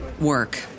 work